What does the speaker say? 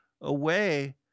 away